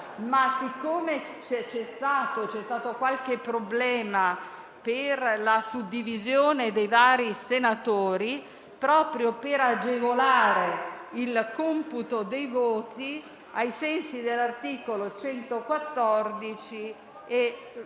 dato che c'è stato qualche problema per la suddivisione dei vari senatori, per agevolare il computo dei voti, ai sensi dell'articolo 114 del